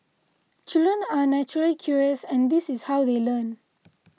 children are naturally curious and this is how they learn